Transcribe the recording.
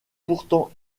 pourtant